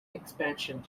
expansion